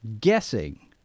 guessing